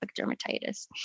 dermatitis